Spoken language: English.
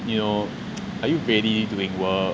you know are you really doing work